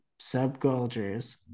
subcultures